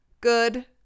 good